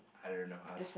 I don't know I was